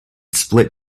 split